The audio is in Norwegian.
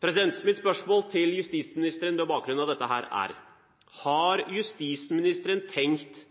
Mitt spørsmål til justisministeren på bakgrunn av dette er: Har justisministeren tenkt